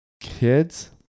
kids